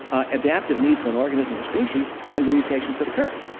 adaptive needs of an organism or species, and the mutations that occur.